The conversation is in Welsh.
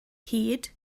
hyd